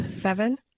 Seven